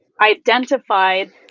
identified